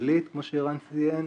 כללית כמו שערן ציין.